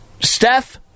Steph